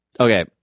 Okay